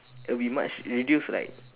it will be much reduced like